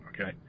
okay